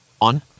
On